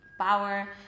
power